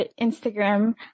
Instagram